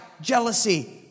jealousy